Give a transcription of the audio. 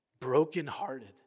brokenhearted